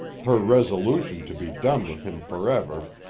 her resolution to be done with him forever,